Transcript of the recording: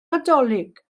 nadolig